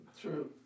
True